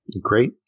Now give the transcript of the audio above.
Great